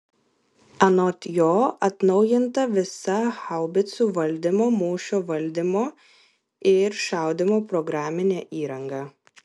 anot jo atnaujinta visa haubicų valdymo mūšio valdymo ir šaudymo programinė įranga